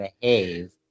behave